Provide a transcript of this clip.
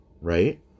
Right